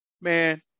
Man